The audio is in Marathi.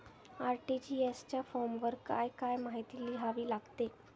आर.टी.जी.एस च्या फॉर्मवर काय काय माहिती लिहावी लागते?